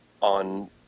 on